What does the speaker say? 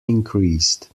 increased